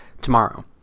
tomorrow